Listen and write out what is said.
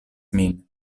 min